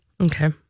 Okay